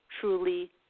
truly